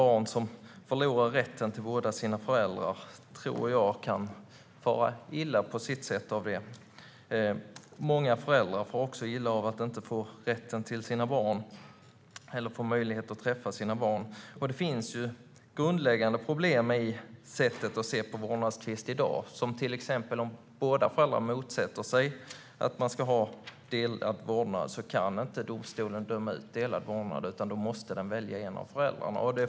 Barn som förlorar rätten till båda sina föräldrar kan på sitt sätt fara illa av det, tror jag, och många föräldrar far illa av att inte få möjlighet att träffa sina barn. Det finns grundläggande problem med sättet att se på vårdnadstvister i dag, till exempel att domstolen om båda föräldrarna motsätter sig delad vårdnad inte kan utdöma delad vårdnad. Då måste domstolen i stället välja en av föräldrarna.